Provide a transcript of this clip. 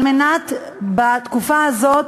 כדי, בתקופה הזאת,